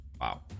Wow